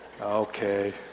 Okay